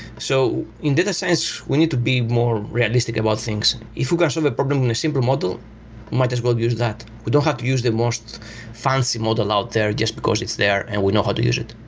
so in data science, we need to be more realistic about things. if you got solve a problem in a simple model, you might as well use that. we don't have to use the most fancy model out there just because it's there and we know how to use it.